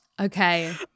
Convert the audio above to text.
okay